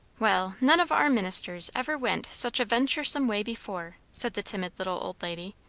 well, none of our ministers ever went such a venturesome way before, said the timid little old lady.